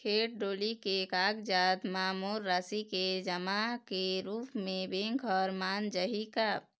खेत डोली के कागजात म मोर राशि के जमा के रूप म बैंक हर मान जाही का?